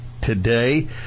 Today